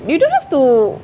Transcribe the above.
you don't have to